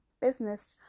business